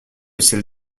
ciel